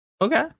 Okay